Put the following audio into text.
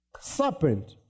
serpent